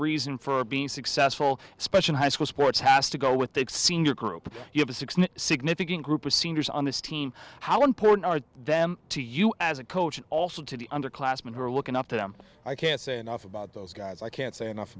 reason for being successful special high school sports has to go with that senior group you have a th significant group of seniors on this team how important are them to you as a coach and also to the underclassman who are looking up to them i can't say enough about those guys i can't say enough